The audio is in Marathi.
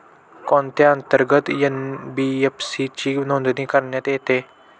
कोणत्या अंतर्गत एन.बी.एफ.सी ची नोंदणी करण्यात येते?